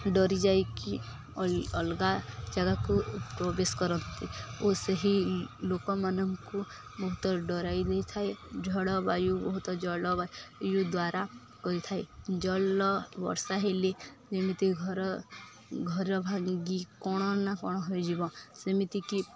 ଡରି ଯାଇକି ଅଲଗା ଜାଗାକୁ ପ୍ରବେଶ କରନ୍ତି ଓ ସେହି ଲୋକମାନଙ୍କୁ ବହୁତ ଡରାଇ ଦେଇଥାଏ ଝଡ଼ବାୟୁ ବହୁତ ଜଳବାୟୁ ଦ୍ୱାରା ହୋଇଥାଏ ଜଳ ବର୍ଷା ହେଲେ ଯେମିତି ଘର ଘର ଭାଙ୍ଗି କ'ଣ ନା କ'ଣ ହୋଇଯିବ ସେମିତିକି